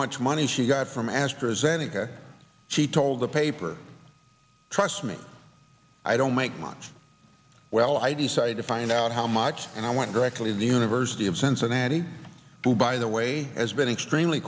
much money she got from astra zeneca she told the paper trust me i don't make much well i decided to find out how much and i went directly to the university of cincinnati who by the way has been extremely